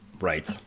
Right